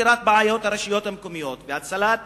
ובפתירת בעיות ברשויות המקומיות ובהצלת